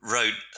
Wrote